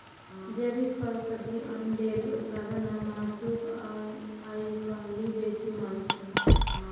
जैविक फल, सब्जी, अन्न, डेयरी उत्पाद आ मासुक आइकाल्हि बेसी मांग छै